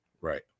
Right